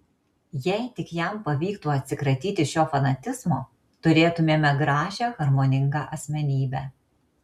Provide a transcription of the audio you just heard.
jei tik jam pavyktų atsikratyti šio fanatizmo turėtumėme gražią harmoningą asmenybę